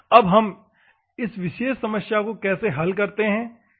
अब हम इस विशेष समस्या को कैसे हल करते हैं